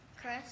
Chris